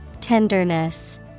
Tenderness